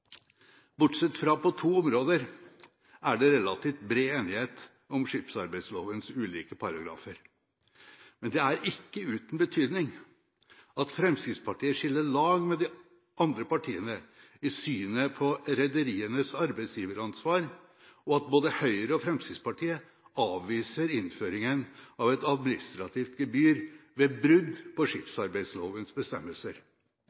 Bortsett fra på to områder er det relativt bred enighet om skipsarbeidslovens ulike paragrafer. Men det er ikke uten betydning at Fremskrittspartiet skiller lag med de andre partiene i synet på rederienes arbeidsgiveransvar, og at både Høyre og Fremskrittspartiet avviser innføringen av et administrativt gebyr ved brudd på